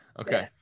okay